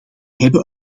hebben